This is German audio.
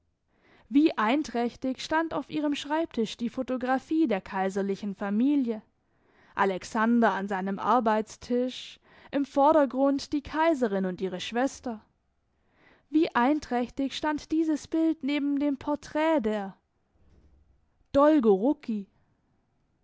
wie einträchtig stand auf ihrem schreibtisch die photographie der kaiserlichen familie alexander an seinem arbeitstisch im vordergrund die kaiserin und ihre schwester wie einträchtig stand dieses bild neben dem porträt der dolgorucki